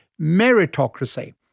meritocracy